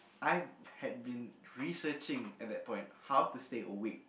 I had been researching at that point how to stay awake